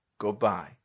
Goodbye